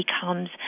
becomes